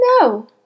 No